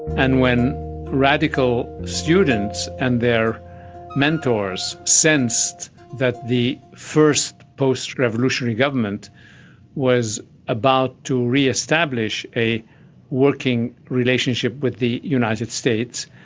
and when radical students and their mentors sensed that the first post-revolutionary government was about to re-establish a working relationship with the united states,